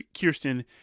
Kirsten